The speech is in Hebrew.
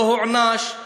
לא הוענש,